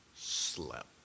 slept